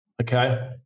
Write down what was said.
Okay